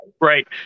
Right